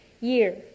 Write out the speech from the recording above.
year